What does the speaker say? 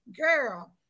Girl